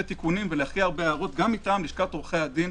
תיקונים והערות גם מטעם לשכת עורכי הדין.